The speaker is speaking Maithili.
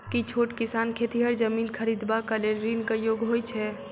की छोट किसान खेतिहर जमीन खरिदबाक लेल ऋणक योग्य होइ छै?